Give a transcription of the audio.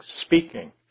speaking